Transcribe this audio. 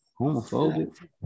Homophobic